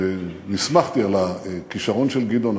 שנסמכתי על הכישרון של גדעון,